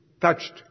touched